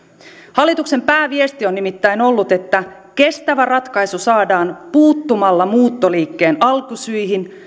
hallituksen pääviesti on nimittäin ollut että kestävä ratkaisu saadaan puuttumalla muuttoliikkeen alkusyihin